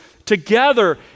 Together